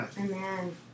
Amen